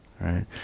right